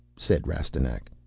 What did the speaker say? said rastignac.